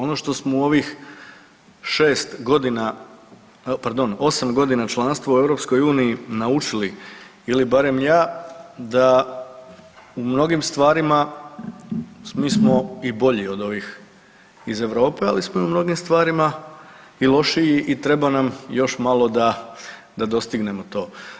Ono što smo u ovih 6 godina, pardon 8 godina članstva u Europskoj uniji naučili ili barem ja da u mnogim stvarima mi smo i bolji od ovih iz Europe, ali smo i u mnogim stvarima i lošiji i treba nam još malo da dostignemo to.